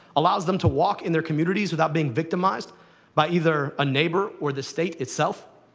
allows them to walk in their communities without being victimized by either a neighbor or the state itself.